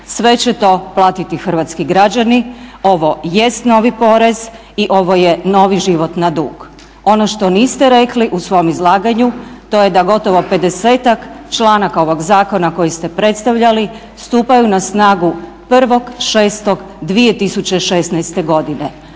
sve će to platiti hrvatski građani, ovo jest novi porez i ovo je novi život na dug. Ono što niste rekli u svom izlaganju, to je da gotovo pedesetak članaka ovog zakona kojeg ste predstavljali stupaju na snagu 1.6.2016.godine,